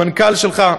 המנכ"ל שלך,